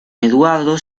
eduardo